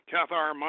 Cathar